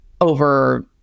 over